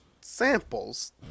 samples